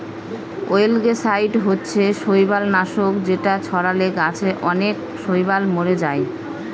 অয়েলগেসাইড হচ্ছে শৈবাল নাশক যেটা ছড়ালে গাছে অনেক শৈবাল মোরে যায়